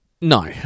No